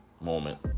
moment